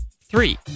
three